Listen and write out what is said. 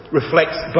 reflects